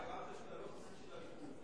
אמרת שאתה לא חסיד של הליכוד.